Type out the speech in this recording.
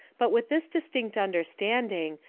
but with this distinct understanding,